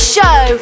Show